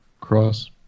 Cross